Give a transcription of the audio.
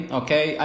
okay